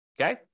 okay